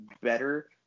better